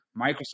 Microsoft